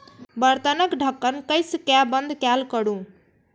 बर्तनक ढक्कन कसि कें बंद कैल करू